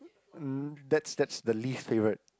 um that's that's the least favourite